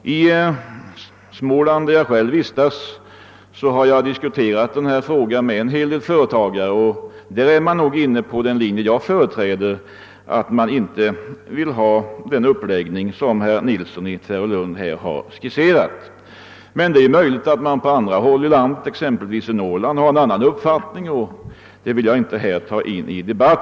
I Småland, där jag vistas, har jag diskuterat denna sak med en hel del företagare, och de har gått på min linje. De vill alltså inte vara med om den uppläggning av verksamheten som herr Nilsson i Tvärålund skisserade. Det är möjligt att man på andra håll i landet, t.ex. i Norrland, är av annan mening. Den saken skall jag inte här diskutera.